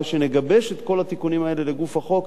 אחרי שנגבש את כל התיקונים האלה לגוף החוק,